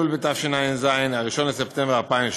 באלול התשע"ז, 1 בספטמבר 2017"